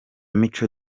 mico